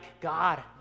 God